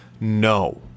no